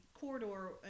corridor